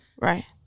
Right